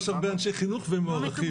יש הרבה אנשי חינוך והם מוערכים,